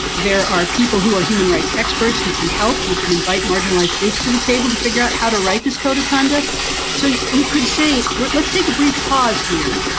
there are people who are human rights experts who can help. you can invite marginalized groups to the table to figure out how to write this code of conduct so you you could say let's take a brief pause here.